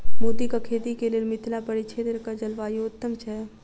मोतीक खेती केँ लेल मिथिला परिक्षेत्रक जलवायु उत्तम छै?